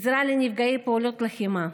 עזרה לנפגעי פעולות לחימה.